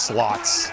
Slots